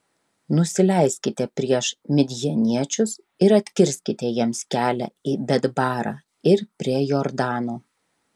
nusileiskite prieš midjaniečius ir atkirskite jiems kelią į betbarą ir prie jordano